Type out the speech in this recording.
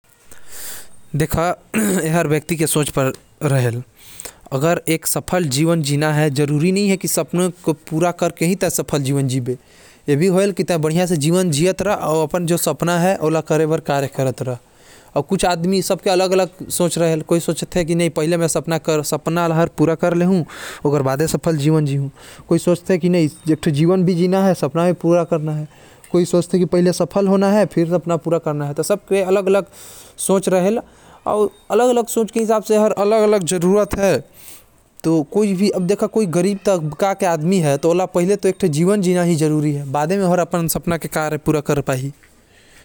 ए तो हर कोई के व्यक्तिगत फैसला अउ सोच होथे की ओ हर अपन सपना ल पूरा किये बिना भी सम्भव न कि नाही। ओ ओकर व्यक्तिगत फैसला होही की ओ अपन मन म सफलता ल कइसे देखथे।